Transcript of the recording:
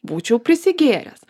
būčiau prisigėręs